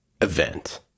event